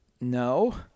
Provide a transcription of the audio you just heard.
no